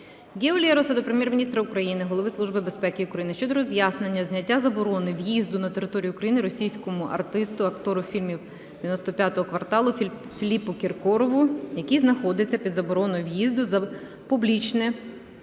Гео Лероса до Прем'єр-міністра України, Голови Служби безпеки України щодо роз'яснення зняття заборони в'їзду на територію України російському артисту, актору фільмів 95-го кварталу, Філіпу Кіркорову, який знаходиться під забороною в'їзду "за публічне